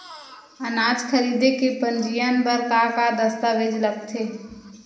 अनाज खरीदे के पंजीयन बर का का दस्तावेज लगथे?